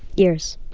years.